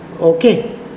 Okay